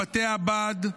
בתי הבד,